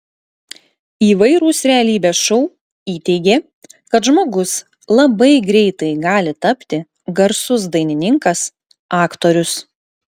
įvairūs realybės šou įteigė kad žmogus labai greitai gali tapti garsus dainininkas aktorius